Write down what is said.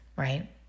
Right